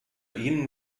ihnen